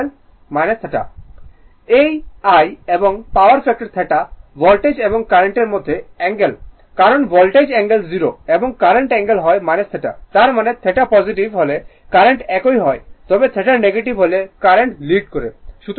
এই I এবং power factor θ voltage এবং কার্রেন্টের মধ্যে অ্যাঙ্গেল কারণ ভোল্টেজ অ্যাঙ্গেল 0 এবং কারেন্ট অ্যাঙ্গেল হয় θ তার মানে θ পসিটিভ হলে কারেন্ট একই হয় তবে θ নেগেটিভ হলে কারেন্ট লিড করে